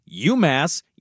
UMass